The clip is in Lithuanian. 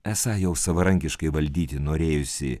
esą jau savarankiškai valdyti norėjusį